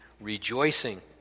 rejoicing